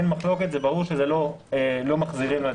אין מחלוקת זה ברור שלא מחזירים לו.